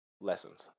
lessons